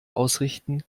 ausrichten